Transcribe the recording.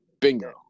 Bingo